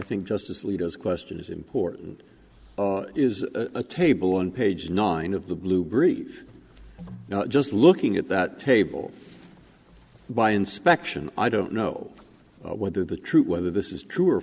think justice leaders question is important is a table on page nine of the blue brief just looking at that table by inspection i don't know whether the truth whether this is true or